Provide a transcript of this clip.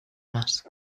más